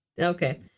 okay